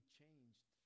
changed